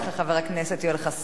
תודה רבה לך, חבר הכנסת יואל חסון.